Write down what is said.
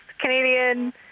Canadian